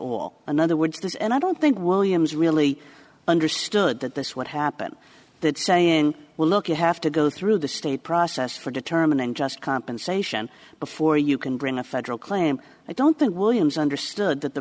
all another words this and i don't think williams really understood that this would happen that saying well look you have to go through the state process for determining just compensation before you can bring a federal claim i don't think williams understood that the